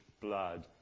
blood